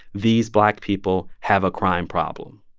these black people have a crime problem.